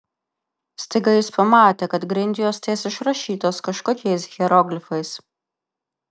staiga jis pamatė kad grindjuostės išrašytos kažkokiais hieroglifais